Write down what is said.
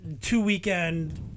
two-weekend